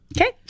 Okay